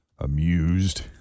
amused